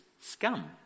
scum